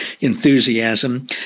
enthusiasm